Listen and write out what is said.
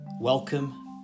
Welcome